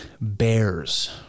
Bears